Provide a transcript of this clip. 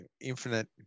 infinite